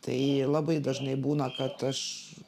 tai labai dažnai būna kad aš